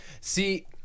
See